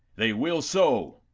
they will so!